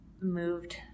moved